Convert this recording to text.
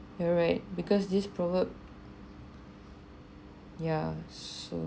you're right because this proverb ya so